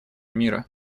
мира